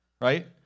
Right